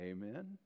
Amen